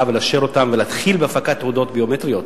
ולאשר אותן ולהתחיל בהפקת תעודות ביומטריות,